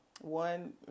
One